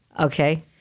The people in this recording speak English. Okay